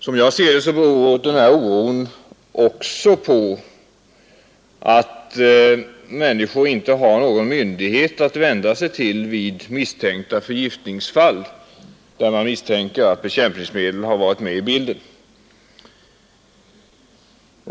Som jag ser det beror denna oro också på att människor inte har någon myndighet att vända sig till vid förgiftningsfall, där man misstänker att bekämpningsmedel varit med i bilden.